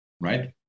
right